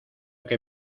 que